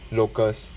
locals